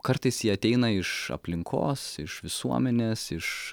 kartais jie ateina iš aplinkos iš visuomenės iš